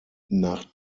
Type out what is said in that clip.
nach